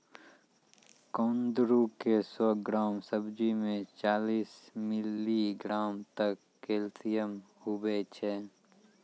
कुंदरू के सौ ग्राम सब्जी मे चालीस मिलीग्राम तक कैल्शियम हुवै छै